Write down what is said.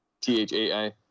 T-H-A-I